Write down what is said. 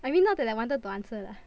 I mean not that I wanted to answer lah